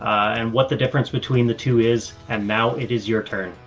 and what the difference between the two is. and now it is your turn.